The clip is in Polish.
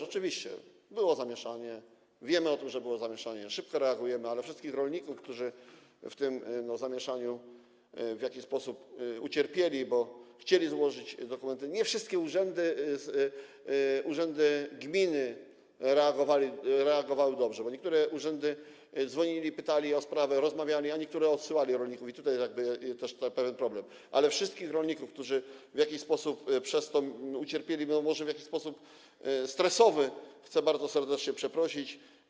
Oczywiście, było zamieszanie, wiemy o tym, że było zamieszanie, szybko reagujemy, ale wszystkich rolników, którzy w tym zamieszaniu w jakiś sposób ucierpieli, bo chcieli złożyć dokumenty, a nie wszystkie urzędy gminy reagowały dobrze - z niektórych urzędów dzwonili, pytali o sprawy, rozmawiali, a z niektórych odsyłali rolników, i tutaj jakby też jest pewien problem - wszystkich rolników, którzy w jakiś sposób przez to ucierpieli, może w jakiś sposób stresowy, chcę bardzo serdecznie przeprosić.